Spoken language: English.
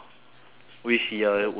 which year would you go